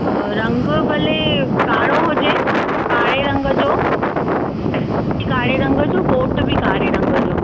रंगु भले कारो हुजे कारे रंग जो सूट बि कारे रंग जो कोटु बि कारे रंग जो